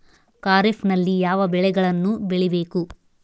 ಖಾರೇಫ್ ನಲ್ಲಿ ಯಾವ ಬೆಳೆಗಳನ್ನು ಬೆಳಿಬೇಕು?